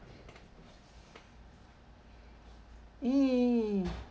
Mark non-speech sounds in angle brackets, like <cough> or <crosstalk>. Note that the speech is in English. mm <noise>